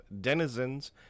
denizens